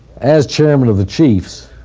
as chairman of the chiefs,